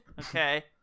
Okay